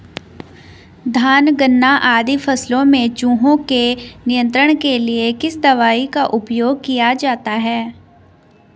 धान गन्ना आदि फसलों में चूहों के नियंत्रण के लिए किस दवाई का उपयोग किया जाता है?